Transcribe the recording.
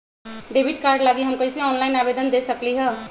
Debit card लागी हम कईसे ऑनलाइन आवेदन दे सकलि ह?